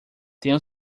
tenho